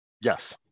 Yes